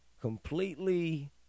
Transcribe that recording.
completely